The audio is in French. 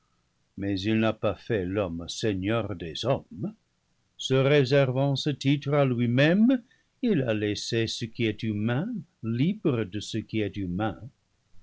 mais il n'a pas fait l'homme seigneur des hommes se réservant ce titre à lui-même il a laissé ce qui est humain libre de ce qui est humain